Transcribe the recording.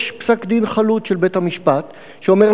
יש פסק-דין חלוט של בית-המשפט שאומר: